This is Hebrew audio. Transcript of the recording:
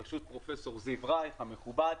בראשות פרופ' זיו רייך המכובד,